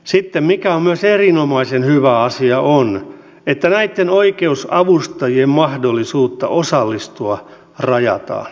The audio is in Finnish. sitten mikä on myös erinomaisen hyvä asia on että näitten oikeusavustajien mahdollisuutta osallistua rajataan